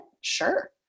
Sure